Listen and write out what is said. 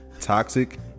toxic